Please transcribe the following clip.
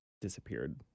disappeared